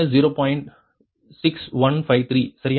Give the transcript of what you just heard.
6153 சரியா